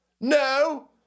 No